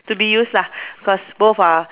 to be used lah cause both are